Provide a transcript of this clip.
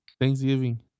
Thanksgiving